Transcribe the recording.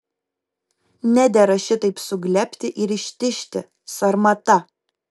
nedera šitaip suglebti ir ištižti sarmata